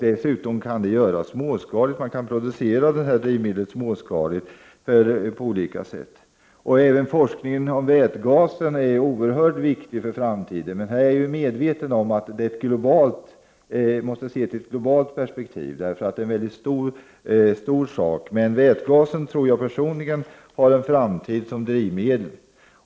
Dessutom kan man producera detta drivmedel småskaligt på olika sätt. Även forskningen om vätgasen är oerhört viktig för framtiden. Men jag är medveten om att detta måste ses i ett globalt perspektiv, eftersom det är en mycket stor sak. Jag tror emellertid personligen att vätgasen har en framtid som drivmedel.